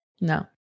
No